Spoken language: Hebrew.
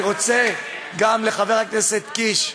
אני רוצה להודות גם לחבר הכנסת קיש,